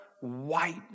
white